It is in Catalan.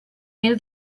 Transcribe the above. mil